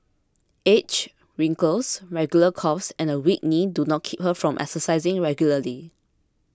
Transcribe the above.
age wrinkles regular coughs and a weak knee do not keep her from exercising regularly